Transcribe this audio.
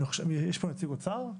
יש פה נציג של משרד האוצר?